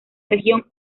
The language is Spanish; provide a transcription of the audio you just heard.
región